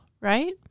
right